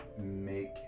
make